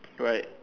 right